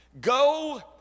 go